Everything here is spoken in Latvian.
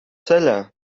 ceļā